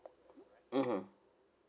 mmhmm